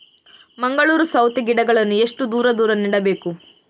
ಮಂಗಳೂರು ಸೌತೆ ಗಿಡಗಳನ್ನು ಎಷ್ಟು ದೂರ ದೂರ ನೆಡಬೇಕು?